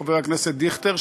חבר הכנסת דיכטר,